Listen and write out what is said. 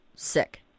sick